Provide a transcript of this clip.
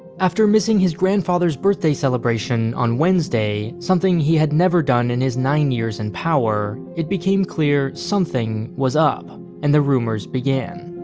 after missing his grandfather's birthday celebration on wednesday, something he had never done in his nine years in power, it became clear something was up, and the rumors began.